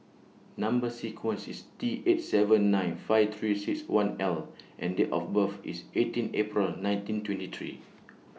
Number sequence IS T eight seven nine five three six one L and Date of birth IS eighteen April nineteen twenty three